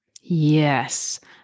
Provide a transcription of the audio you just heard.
Yes